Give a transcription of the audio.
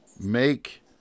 make